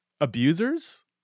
abusers